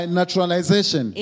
naturalization